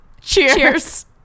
Cheers